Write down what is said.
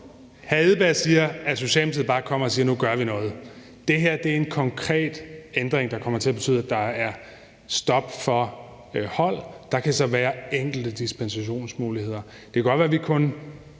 Andersen siger, at Socialdemokratiet bare kommer og siger, at vi nu gør noget. Det her er en konkret ændring, der kommer til at betyde, at der er stop for hold, og der kan så være enkelte dispensationsmuligheder. Det kan godt være, at vi kun